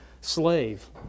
slave